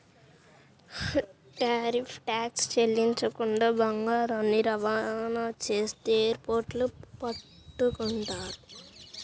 tariff tax చెల్లించకుండా బంగారాన్ని రవాణా చేస్తే ఎయిర్ పోర్టుల్లో పట్టుకుంటారు